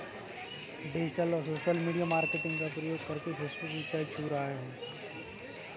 digital और social media marketing का प्रयोग करके फेसबुक ऊंचाई छू रहा है